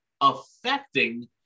affecting